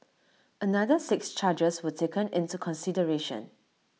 another six charges were taken into consideration